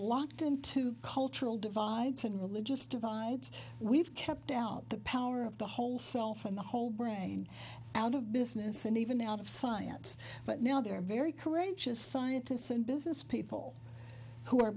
locked into cultural divides and religious divides we've kept out the power of the whole self and the whole brain out of business and even out of science but now there are very courageous scientists and business people who are